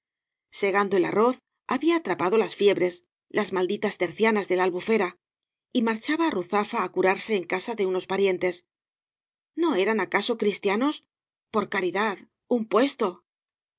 segando el arroz había atrapado las fiebres las malditas tercianas de la albufera y marchaba á ruzafa á curarse en casa de unos parientes e o no eran acaso crletíanos por caridadl un puesto